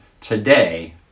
today